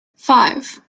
five